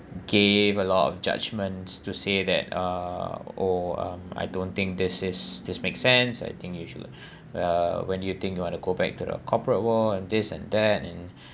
gave a lot of judgments to say that uh or um I don't think this is this make sense I think you should uh when you think you want to go back to the corporate world and this and that and